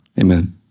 Amen